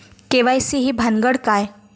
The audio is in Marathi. के.वाय.सी ही भानगड काय?